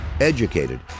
Educated